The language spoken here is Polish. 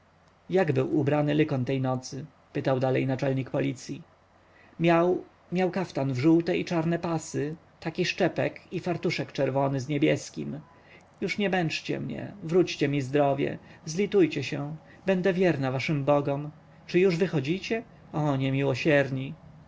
jak był ubrany lykon tej nocy pytał dalej naczelnik policji miał miał kaftan w żółte i czarne pasy takiż czepek i fartuszek czerwony z niebieskim już nie męczcie mnie wróćcie mi zdrowie zlitujcie się będę wierna waszym bogom czy już wychodzicie o niemiłosierni